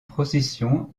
procession